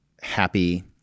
happy